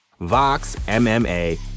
VOXMMA